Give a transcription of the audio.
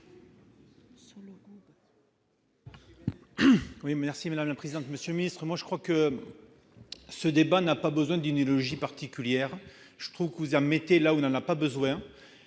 merci madame la présidente, monsieur le ministre, moi je crois que ce débat n'a pas besoin d'une idéologie particulière je trouve cousin mettez là ou n'en a pas besoin,